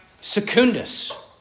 Secundus